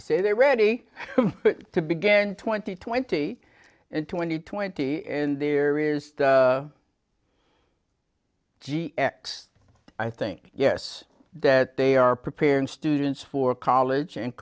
say they're ready to began twenty twenty and twenty twenty and there is g x i think yes that they are preparing students for college and